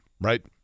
right